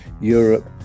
Europe